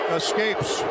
escapes